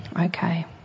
Okay